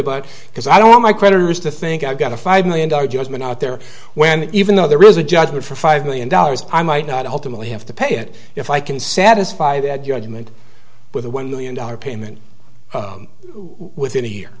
about because i don't want my creditors to think i've got a five million dollars judgment out there when even though there is a judgment for five million dollars i might not ultimately have to pay it if i can satisfy that judgment with a one million dollar payment within a year